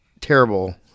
terrible